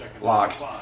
Locks